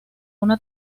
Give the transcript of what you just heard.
una